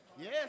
Yes